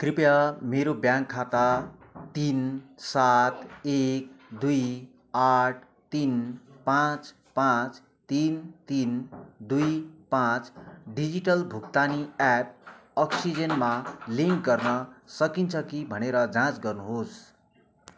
कृपया मेरो ब्याङ्क खाता तिन सात एक दुई आठ तिन पाँच पाँच तिन तिन दुई पाँच डिजिटल भुक्तानी एप अक्सिजेनमा लिङ्क गर्न सकिन्छ कि भनेर जाँच गर्नुहोस्